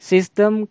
System